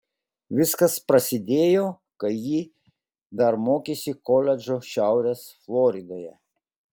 viskas prasidėjo kai ji dar mokėsi koledže šiaurės floridoje